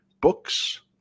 books